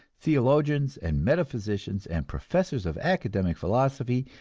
theologians and metaphysicians and professors of academic philosophy,